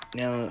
now